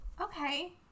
Okay